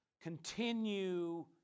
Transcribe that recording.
continue